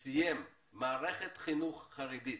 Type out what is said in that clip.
שסיים מערכת חינוך חרדית,